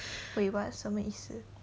wait what 什么意思